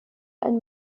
ein